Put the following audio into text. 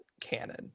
canon